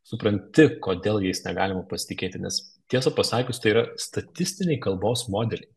supranti kodėl jais negalima pasitikėti nes tiesą pasakius tai yra statistiniai kalbos modeliai